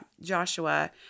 joshua